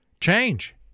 Change